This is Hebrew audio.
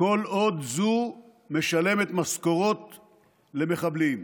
כל עוד זו משלמת משכורות למחבלים.